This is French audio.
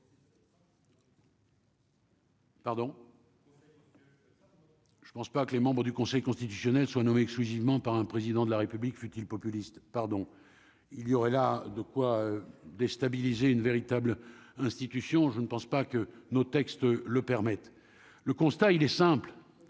Pardon. Je ne pense pas que les membres du Conseil constitutionnel soit nommé exclusivement par un président de la République futile populistes, pardon, il y aurait là de quoi déstabiliser une véritable institution, je ne pense pas que nos textes le permettent, le constat il est simple,